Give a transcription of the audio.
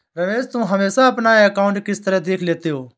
रमेश तुम हमेशा अपना अकांउट किस तरह देख लेते हो?